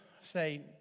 say